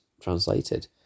translated